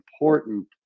important